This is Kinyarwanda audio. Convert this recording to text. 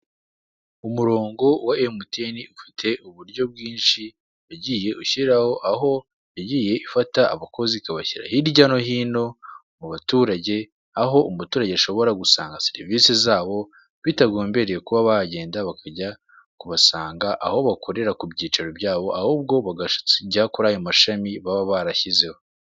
Umurongo wa emutiyene ufite uburyo bwinshi wagiye ushyiraho aho yagiye ifata abakozi ikabashyira hirya no hino mu baturage aho umuturage ashobora gusanga serivise zabo bitagombeye kuba bagenda bakajya kubasanga aho bakorera ku byicaro byabo, ahubwo bakajya kuri ayo mashami baba barashyizeho.